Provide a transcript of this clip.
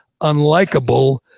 unlikable